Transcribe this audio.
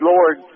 Lord